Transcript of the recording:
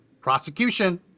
prosecution